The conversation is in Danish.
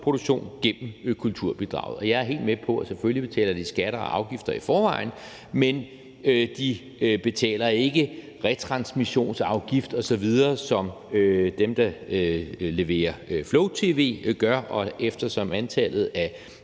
indholdsproduktion gennem kulturbidraget. Og jeg er helt med på, at selvfølgelig betaler de skatter og afgifter i forvejen, men de betaler ikke retransmissionssafgift osv., som dem, der leverer flow-tv, gør, og eftersom antallet af